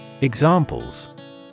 Examples